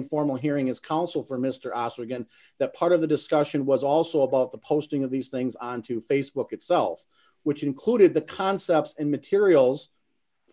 informal hearing as counsel for mr os again that part of the discussion was also about the posting of these things on to facebook itself which included the concepts and materials